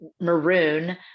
maroon